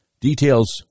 details